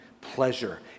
pleasure